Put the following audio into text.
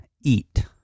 Eat